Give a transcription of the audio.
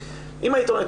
אם היית אומר לי,